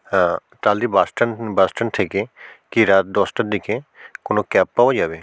হ্যাঁ Taldi bus stand bus stand থেকে কি রাত দশটার দিকে কোনো ক্যাব পাওয়া যাবে